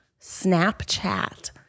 Snapchat